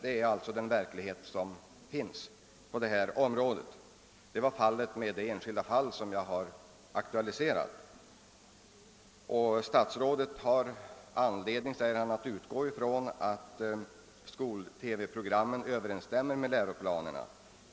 Det är verkligheten på det området, herr statsråd, och det är den saken jag har aktualiserat. Statsrådet säger att han har anledning att utgå från att skol-TV-programmen överensstämmer med läroplanerna.